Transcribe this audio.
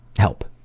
help.